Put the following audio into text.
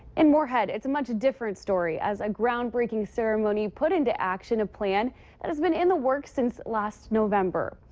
in moorhead, it's a much different story. as a ground breaking ceremony put into action a plan that has been in the works since last november.